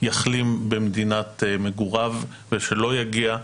שיחלים במדינת מגוריו ולא יגיע,